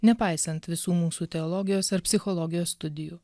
nepaisant visų mūsų teologijos ar psichologijos studijų